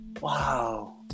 Wow